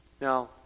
Now